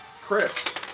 Chris